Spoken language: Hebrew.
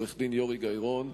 עורך-דין יורי גיא-רון,